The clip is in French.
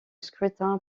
scrutin